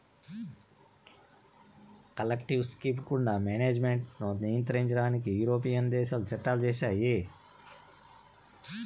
collective scheme గుండా management ను నియంత్రించడానికి యూరోపియన్ దేశాలు చట్టాలు చేశాయి